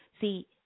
See